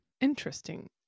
Interesting